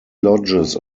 lodges